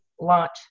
launch